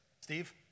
Steve